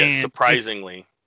Surprisingly